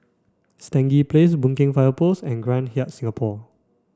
Stangee Place Boon Keng Fire Post and Grand Hyatt Singapore